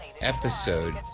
episode